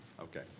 okay